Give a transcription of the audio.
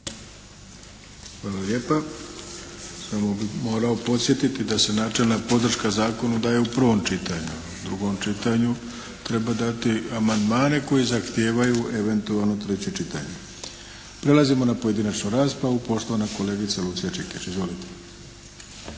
Hvala lijepa. Samo bih morao podsjetiti da se načelna podrška zakonu daje u prvom čitanju. U drugom čitanju treba dati amandmane koji zahtijevaju eventualno treće čitanje. Prelazimo na pojedinačnu raspravu. Poštovana kolegica Lucija Čikeš. Izvolite.